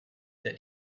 that